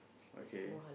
okay